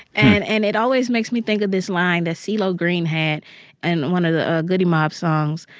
and and it always makes me think of this line that so ceelo green had and one of the goodie mob songs.